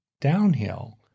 downhill